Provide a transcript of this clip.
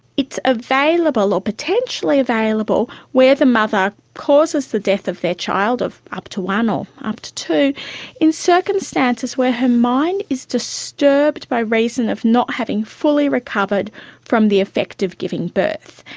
it's available or potentially available where the mother causes the death of their child of up to one or up to two in circumstances where are her mind is disturbed by reason of not having fully recovered from the effect of giving birth.